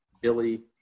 Billy